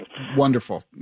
Wonderful